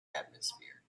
atmosphere